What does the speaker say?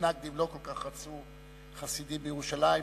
המתנגדים לא כל כך רצו חסידים בירושלים,